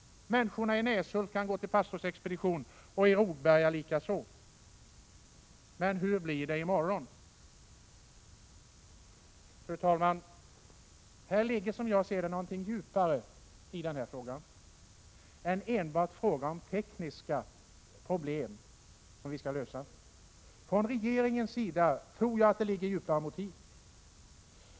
Människorna i Näshult kan gå till pastorsexpeditionen, likaså i Rogberga. Men hur blir det i morgon? Fru talman! Det ligger, som jag ser det, någonting djupare i denna fråga än enbart tekniska problem som vi skall lösa. Jag tror att regeringen har djupare motiv bakom sitt förslag.